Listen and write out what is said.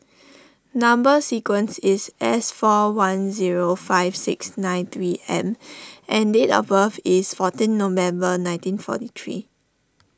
Number Sequence is S four one zero five six nine three M and date of birth is fourteen November nineteen forty three